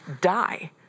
die